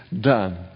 done